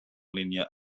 línia